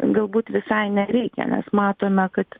galbūt visai nereikia nes matome kad